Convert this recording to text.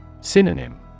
Synonym